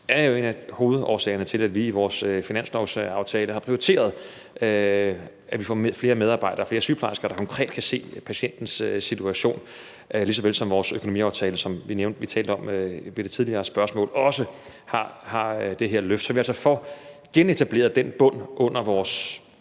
det er en af hovedårsagerne til, at vi i vores finanslovsaftale har prioriteret, at vi får flere medarbejdere, flere sygeplejersker, der konkret kan forstå patientens situation, lige så vel som at vores økonomiaftale, som vi talte om i det tidligere spørgsmål, også indeholder det her løft. På den måde kan vi altså få genetableret den bund under den